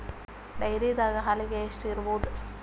ಡೈರಿದಾಗ ಹಾಲಿಗೆ ಎಷ್ಟು ಇರ್ಬೋದ್?